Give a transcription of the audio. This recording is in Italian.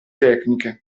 tecniche